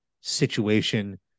situation